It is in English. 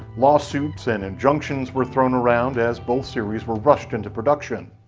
lawsuits and injunctions were thrown around, as both series were rushed into production.